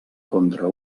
contra